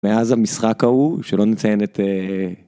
מאז המשחק ההוא שלא נציין את.